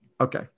Okay